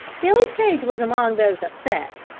billy's cage was among those upset,